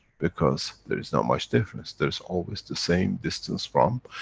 because, there is not much difference, there is always the same distance from.